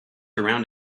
around